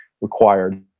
required